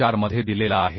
4 मध्ये दिलेला आहे